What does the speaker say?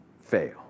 fail